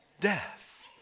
death